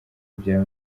bya